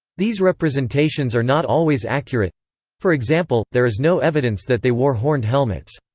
these representations are not always accurate for example, there is no evidence that they wore horned helmets.